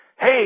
Hey